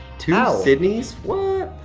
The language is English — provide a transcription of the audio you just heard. two sydneys, what.